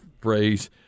phrase –